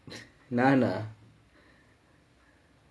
நானா:naanaa